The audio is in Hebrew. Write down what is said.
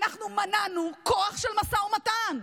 אנחנו מנענו כוח של משא ומתן.